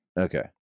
Okay